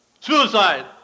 Suicide